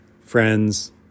friends